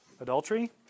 adultery